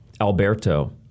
Alberto